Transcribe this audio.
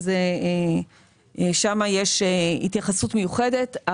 ששם יש התייחסות מיוחדת,